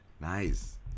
Nice